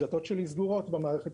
הדלתות שלי סגורות במערכת,